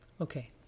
Okay